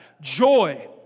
joy